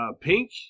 pink